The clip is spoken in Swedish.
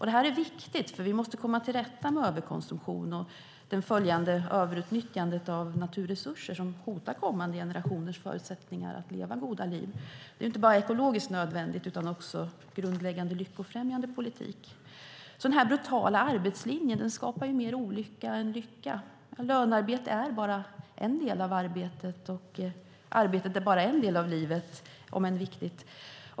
Det här är viktigt, för vi måste komma till rätta med överkonsumtion och det följande överutnyttjande av naturresurser som hotar kommande generationers förutsättningar att leva goda liv. Det är inte bara ekologiskt nödvändigt utan också grundläggande lyckofrämjande politik. Den brutala arbetslinjen skapar mer olycka än lycka. Lönearbete är bara en del av arbetet, och arbete är bara en del av livet, om än viktig.